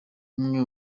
umwe